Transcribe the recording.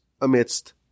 amidst